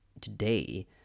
today